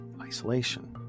isolation